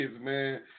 man